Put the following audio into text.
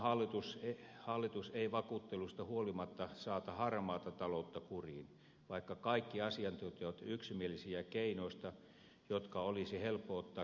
tämä hallitus ei vakuutteluista huolimatta saata harmaata taloutta kuriin vaikka kaikki asiantuntijat ovat yksimielisiä keinoista jotka olisi helppo ottaa käyttöön